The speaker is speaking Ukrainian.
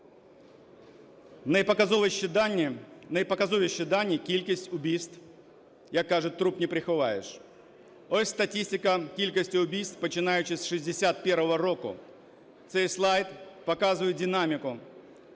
Найпоказовіші дані – кількість вбивств, як кажуть, труп не приховаєш. Ось статистика кількості вбивств, починаючи з 61-го року. Цей слайд показує динаміку